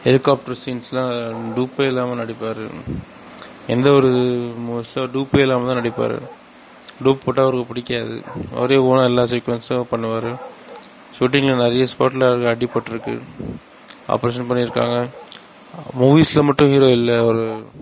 helicopter சீன்ஸ்லாம் டூப்பே இல்லாமல் நடிப்பார் எந்த ஒரு மோஸ்ட்டாக டூப்பே இல்லாமல்தான் நடிப்பாரு டூப் போட்டால் அவருக்கு பிடிக்காது அவரே ஓனாக எல்லா சீக்வென்ஸும் பண்ணுவாரு ஷூட்டிங்கில் நிறைய ஸ்பாட்டில் அவருக்கு அடிப்பட்டுருக்கு ஆபரேஷன் பண்ணியிருக்காங்க மூவிஸில் மட்டும் ஹீரோ இல்லை அவர்